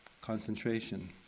concentration